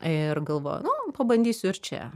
ir galvoju nu pabandysiu ir čia